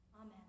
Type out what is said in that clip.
amen